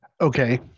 Okay